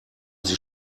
sie